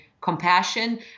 compassion